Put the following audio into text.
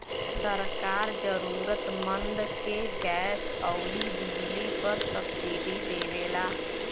सरकार जरुरतमंद के गैस आउर बिजली पर सब्सिडी देवला